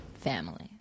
family